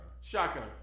Shotgun